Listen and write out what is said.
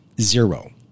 Zero